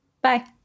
Bye